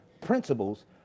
principles